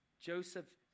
Joseph